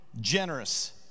generous